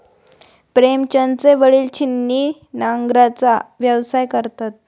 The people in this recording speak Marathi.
प्रेमचंदचे वडील छिन्नी नांगराचा व्यवसाय करतात